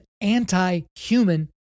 anti-human